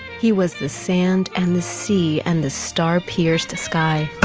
he was the sand and the sea, and the star pierced the sky